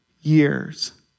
years